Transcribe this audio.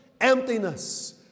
emptiness